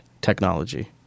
technology